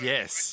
Yes